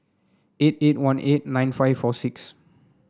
eight eight one eight nine five four six